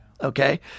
okay